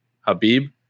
Habib